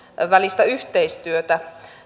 välistä yhteistyötä